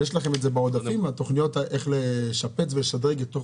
יש לכם תוכניות בעודפים איך לשפץ ולשדרג בתוך